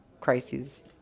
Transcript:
crises